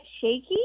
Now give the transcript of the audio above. shaky